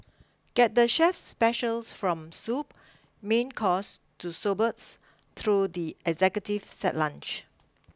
get the chef's specials from soup main course to sorbets through the executive set lunch